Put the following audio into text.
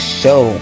show